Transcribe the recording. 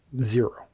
zero